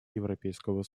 европейского